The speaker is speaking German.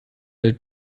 der